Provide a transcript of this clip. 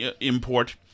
import